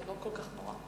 זה לא כל כך נורא.